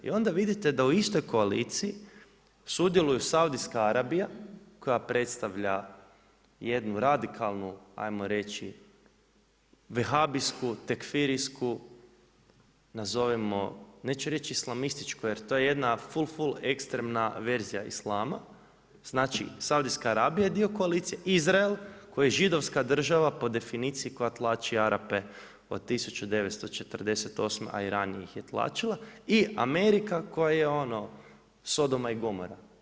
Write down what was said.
I onda vidite da u istoj koaliciji sudjeluju Saudijski Arabija koja predstavlja jednu radikalnu, ajmo reći vehabijsku, tekfirijsku, nazovimo, neću reći islamističku, jer to je jedna ful ful ekstremna verzija Islama, znači Saudijska Arabija je dio koalicije, Izrael, koji je Židovska država po definiciji koja tlači Arape od 1948., a i ranije ih je tlačila i Amerika koja je ono sodoma i gomora.